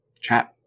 chat